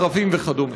ערבים וכדומה.